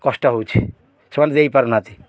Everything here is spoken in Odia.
କଷ୍ଟ ହେଉଛି ସେମାନେ ଦେଇପାରୁ ନାହାନ୍ତି